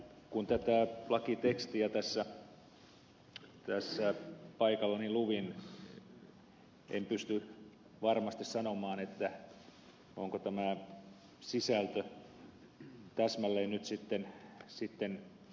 kun tätä lakitekstiä tässä paikallani luin en pysty varmasti sanomaan onko tämä sisältö täsmälleen nyt sitten oikein